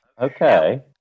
Okay